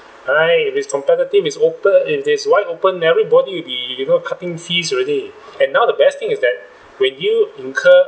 aye if it's competitive it's open if it's wide open everybody will be you know cutting fees already and now the best thing is that when you incur